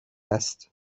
است